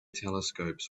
telescopes